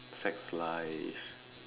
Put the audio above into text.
sex life